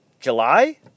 July